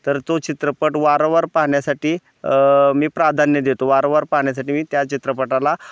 तर तो चित्रपट वारंवार पाहण्यासाठी मी प्राधान्य देतो वारंवार पाहण्यासाठी मी त्या चित्रपटाला